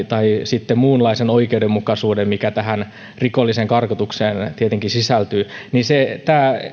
tai sitten muunlaista oikeudenmukaisuutta mikä tähän rikollisen karkotukseen tietenkin sisältyy se